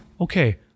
okay